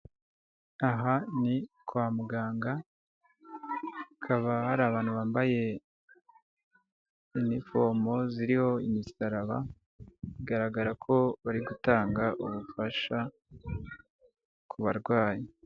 Aha ni kwa muganga, hakaba hari abantu bambaye inifomo ziriho imisaraba; bigaragara ko bari gutanga ubufasha ku barwayi.